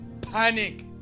panic